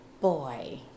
boy